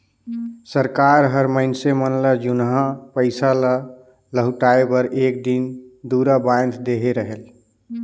सरकार हर मइनसे मन ल जुनहा पइसा ल लहुटाए बर एक दिन दुरा बांएध देहे रहेल